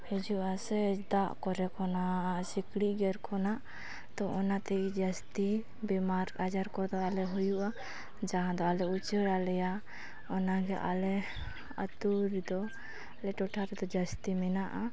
ᱦᱤᱡᱩᱜᱼᱟ ᱥᱮ ᱫᱟᱜ ᱠᱚᱨᱮ ᱠᱷᱚᱱᱟᱜ ᱥᱤᱠᱬᱤᱡ ᱜᱮᱨ ᱠᱷᱚᱱᱟᱜ ᱛᱚ ᱚᱱᱟ ᱛᱮᱜᱮ ᱡᱟᱹᱥᱛᱤ ᱵᱤᱢᱟᱨ ᱟᱡᱟᱨ ᱠᱚᱫᱚ ᱟᱞᱮ ᱦᱩᱭᱩᱜᱼᱟ ᱡᱟᱦᱟᱸ ᱫᱚ ᱟᱞᱮ ᱩᱪᱟᱹᱲ ᱟᱞᱮᱭᱟ ᱚᱱᱟᱜᱮ ᱟᱞᱮ ᱟᱛᱳ ᱨᱮᱫᱚ ᱟᱞᱮ ᱴᱚᱴᱷᱟ ᱨᱮᱫᱚ ᱡᱟᱹᱥᱛᱤ ᱢᱮᱱᱟᱜᱼᱟ